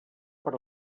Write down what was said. per